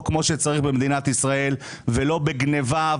כמו שצריך במדינת ישראל ולא בגניבה,